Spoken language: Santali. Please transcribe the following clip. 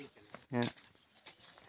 ᱦᱮᱸ